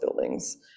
buildings